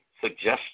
suggestion